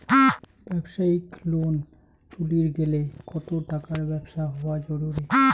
ব্যবসায়িক লোন তুলির গেলে কতো টাকার ব্যবসা হওয়া জরুরি?